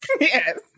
Yes